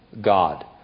God